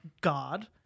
god